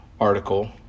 article